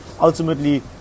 Ultimately